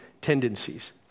tendencies